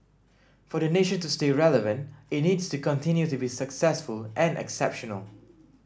for the nation to stay relevant it needs to continue to be successful and exceptional